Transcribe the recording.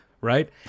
right